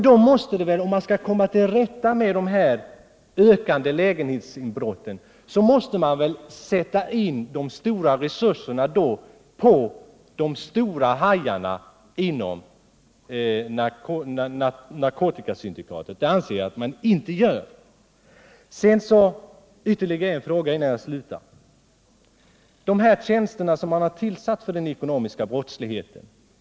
Om man skall kunna komma till rätta med det ökade antalet lägenhetsinbrott, måste man sätta in resurserna mot de stora hajarna inom narkotikasyndikaten. Det anser jag att man inte gör. Ytterligare en fråga innan jag slutar — den gäller tjänsterna som man har inrättat för att bekämpa den ekonomiska brottsligheten.